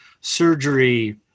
surgery